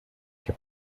que